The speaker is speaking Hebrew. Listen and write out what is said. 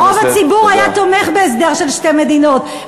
רוב הציבור היה תומך בהסדר של שתי מדינות,